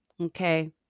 Okay